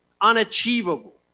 unachievable